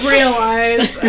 Realize